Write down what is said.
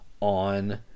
on